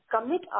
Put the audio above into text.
commit